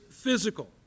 Physical